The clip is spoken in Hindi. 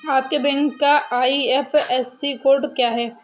आपके बैंक का आई.एफ.एस.सी कोड क्या है?